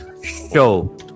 show